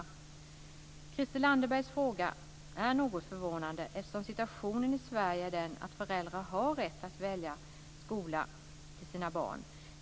Christel Anderbergs fråga är något förvånande, eftersom situationen i Sverige är den att föräldrar har rätt att välja skola för sina barn.